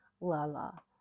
lala